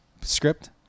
script